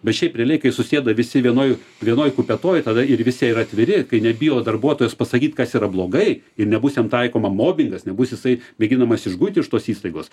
bet šiaip realiai kai susėda visi vienoj vienoj kupetoj tada ir visi yra atviri kai nebijo darbuotojas pasakyt kas yra blogai ir nebus jam taikoma mobingas nebus jisai mėginamas išguiti iš tos įstaigos